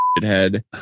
Head